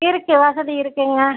இருக்குது வசதி இருக்குங்க